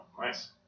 nice